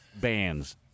bands